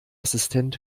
assistent